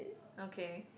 okay